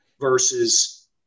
versus